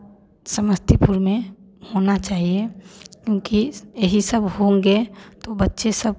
समस्तीपुर में होना चाहिए क्योंकि यही सब होंगे तो बच्चे सब